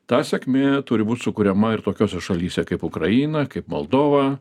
ta sėkmė turi būt sukuriama ir tokiose šalyse kaip ukraina kaip moldova